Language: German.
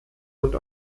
und